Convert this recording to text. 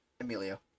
Emilio